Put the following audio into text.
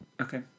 Okay